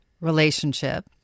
relationship